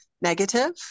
negative